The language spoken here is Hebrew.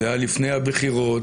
זה היה לפני הבחירות.